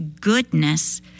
goodness